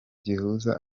gihuza